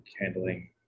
handling